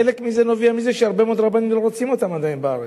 חלק מזה נובע מזה שהרבה מאוד רבנים עדיין לא רוצים אותם בארץ.